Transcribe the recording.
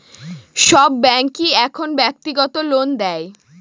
সব ব্যাঙ্কই এখন ব্যক্তিগত লোন দেয়